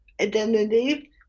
identity